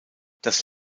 das